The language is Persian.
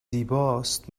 زیباست